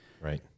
right